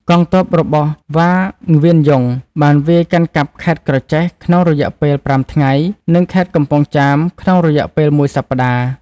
កងទ័ពរបស់ វ៉ា ង្វៀនយុង បានវាយកាន់កាប់ខេត្តក្រចេះក្នុងរយៈពេល ៥ ថ្ងៃ និងខេត្តកំពង់ចាមក្នុងរយៈពេលមួយសប្តាហ៍។